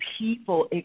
people